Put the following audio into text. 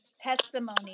testimony